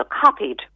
copied